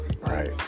Right